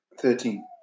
Thirteen